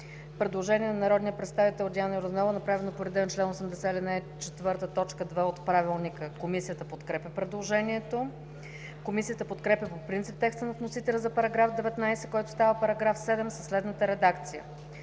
Предложение на народния представител Диана Йорданова, направено по реда на чл. 80, ал. 4, т. 2 от Правилника. Комисията подкрепя предложението. Комисията подкрепя по принцип текста на вносителя за § 19, който става § 7 със следната редакция: